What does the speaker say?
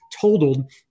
totaled